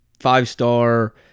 five-star